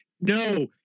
no